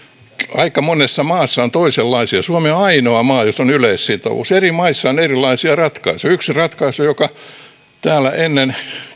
aika monessa maassa on toisenlaisia ratkaisuja suomi on ainoa maa jossa on yleissitovuus eri maissa on erilaisia ratkaisuja yksi ratkaisu on se jota täällä ennen